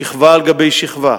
שכבה על גבי שכבה,